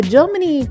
Germany